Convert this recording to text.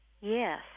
Yes